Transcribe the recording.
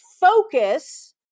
focus